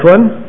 one